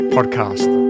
Podcast